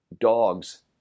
dogs